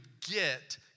get